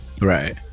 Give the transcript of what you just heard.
right